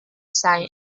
sei